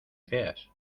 feas